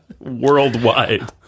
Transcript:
worldwide